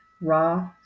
raw